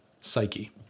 psyche